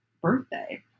birthday